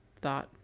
thought